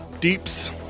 Deeps